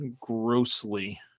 grossly